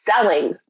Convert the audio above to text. selling